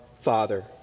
Father